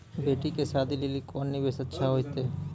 बेटी के शादी लेली कोंन निवेश अच्छा होइतै?